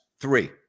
three